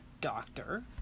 doctor